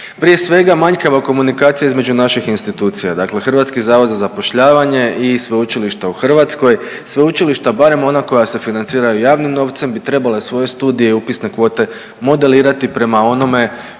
Prije svega, manjkava komunikacija između naših institucija, dakle HZZ i sveučilišta u Hrvatskoj, sveučilišta barem ona koja se financiraju javnim novcem bi trebala svoje studije i upisne kvote modelirati prema onome